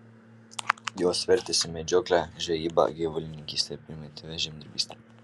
jos vertėsi medžiokle žvejyba gyvulininkyste ir primityvia žemdirbyste